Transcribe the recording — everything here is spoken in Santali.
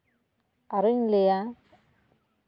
ᱟᱨᱚᱧ ᱞᱟᱹᱭᱟ